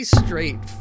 straight